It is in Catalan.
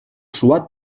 suat